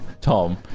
Tom